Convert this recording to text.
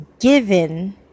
given